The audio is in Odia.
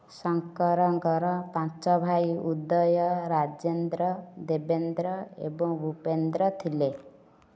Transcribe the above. ଶଙ୍କରଙ୍କର ପାଞ୍ଚ ଭାଇ ଉଦୟ ରାଜେନ୍ଦ୍ର ଦେବେନ୍ଦ୍ର ଏବଂ ଭୁପେନ୍ଦ୍ର ଥିଲେ